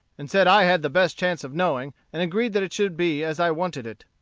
and said i had the best chance of knowing, and agreed that it should be as i wanted it.